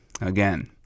again